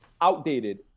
outdated